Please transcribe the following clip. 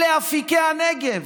אלה אפיקי הנגב.